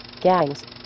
gangs